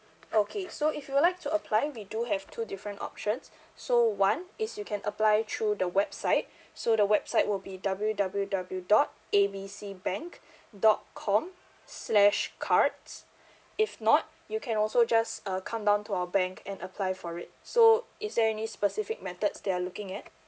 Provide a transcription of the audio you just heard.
okay so if you would like to apply we do have two different options so one is you can apply through the website so the website will be W W W dot A B C bank dot com slash cards if not you can also just uh come down to our bank and apply for it so is there any specific methods that you're looking at